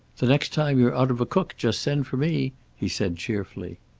the next time you're out of a cook just send for me, he said cheerfully.